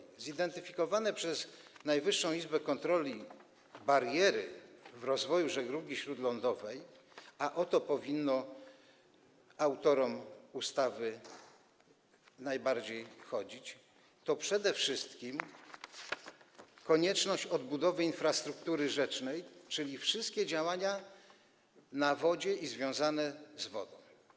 Jeśli chodzi o zidentyfikowane przez Najwyższą Izbę Kontroli bariery w rozwoju żeglugi śródlądowej, a o to powinno autorom ustawy najbardziej chodzić, to przede wszystkim konieczność odbudowy infrastruktury rzecznej, czyli wszystkie działania na wodzie i związane z wodą.